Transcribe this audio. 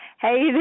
Hey